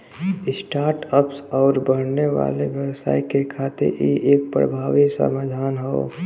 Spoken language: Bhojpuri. स्टार्ट अप्स आउर बढ़ने वाले व्यवसाय के खातिर इ एक प्रभावी समाधान हौ